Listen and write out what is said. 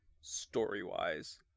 story-wise